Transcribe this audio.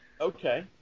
okay